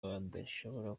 badashobora